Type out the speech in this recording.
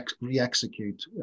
re-execute